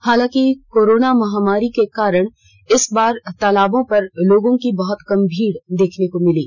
हालाँकि कोरोना महामारी के कारण इस बार तालाबों पर लोगों की बहुत कम भीड़ देखने को मिली